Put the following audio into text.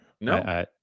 No